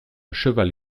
cheval